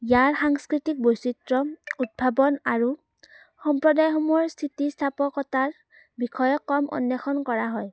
ইয়াৰ সাংস্কৃতিক বৈচিত্ৰ উদ্ভাৱন আৰু সম্প্ৰদায়সমূহৰ স্থিতি স্থাপকতাৰ বিষয়ে কম অন্ৱেষণ কৰা হয়